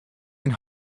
and